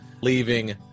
leaving